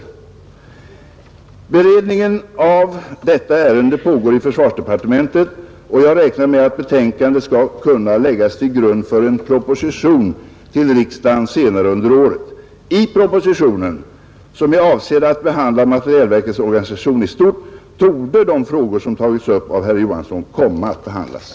Beredningen av ärendet pågår i försvarsdepartementet och jag räknar = Nr 36 med att betänkandet skall kunna läggas till grund för en proposition till Torsdagen den riksdagen senare under året. I propositionen, som är avsedd att behandla 4 mars 1971 materielverkets organisation i stort, torde de frågor som tagits upp av